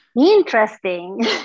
Interesting